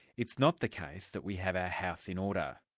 it's not the case that we have our house in order.